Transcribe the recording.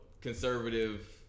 conservative